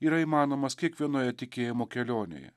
yra įmanomas kiekvienoje tikėjimo kelionėje